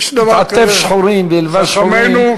יתעטף שחורים וילבש שחורים,